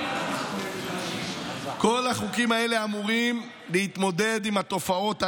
כל החוקים האלה אמורים להתמודד עם התופעות הללו.